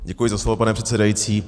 Děkuji za slovo, pane předsedající.